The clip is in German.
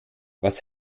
was